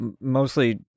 mostly